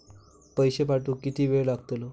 पैशे पाठवुक किती वेळ लागतलो?